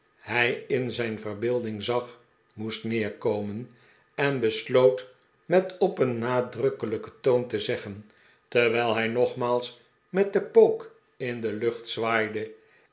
hij in zijn verbeelding zag moest neerkomen en besloot met op een nadrukkelijken toon te zeggen r terwijl hij nogmaals met den pook in de lucht zwaaide